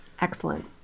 Excellent